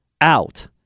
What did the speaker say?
out